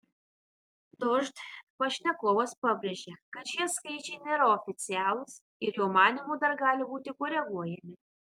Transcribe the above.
dožd pašnekovas pabrėžė kad šie skaičiai nėra oficialūs ir jo manymu dar gali būti koreguojami